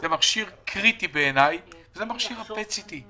שהוא קריטי בעיני והוא ה-PET-CT.